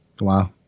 Wow